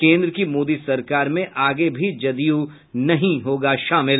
केन्द्र की मोदी सरकार में आगे भी जदयू नहीं होगा शामिल